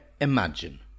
imagine